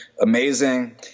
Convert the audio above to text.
amazing